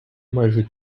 майже